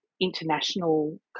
international